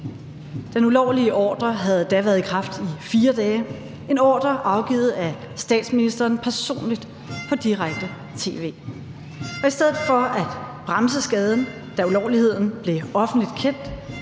Den ulovlige ordre havde da været i kraft i 4 dage, en ordre afgivet af statsministeren personligt på direkte tv, og i stedet for at bremse skaden, da ulovligheden blev offentligt kendt,